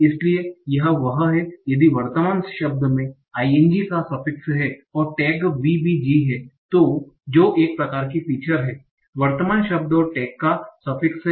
इसलिए यह वह है यदि वर्तमान शब्द में ing का सफिक्स है और टैग VBG है जो एक प्रकार की फीचर है वर्तमान शब्द और टैग का सफिक्स है